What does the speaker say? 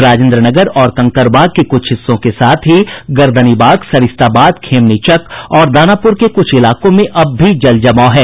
राजेन्द्र नगर और कंकड़बाग के कुछ हिस्सों के साथ ही गर्दनीबाग सरिस्ताबाद खेमनीचक और दानापुर के कुछ इलाकों में अब भी जल जमाव है